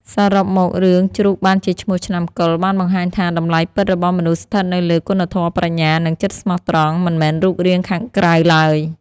សរុបមក រឿងជ្រូកបានជាឈ្មោះឆ្នាំកុរបានបង្ហាញថា តម្លៃពិតរបស់មនុស្សស្ថិតនៅលើ គុណធម៌ ប្រាជ្ញា និងចិត្តស្មោះត្រង់ មិនមែនរូបរាងខាងក្រៅឡើយ